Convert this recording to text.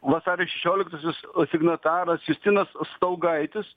vasario šešioliktosios signataras justinas staugaitis